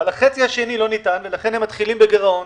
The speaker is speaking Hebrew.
אבל החצי השני לא ניתן, ולכן הם מתחילים בגרעון.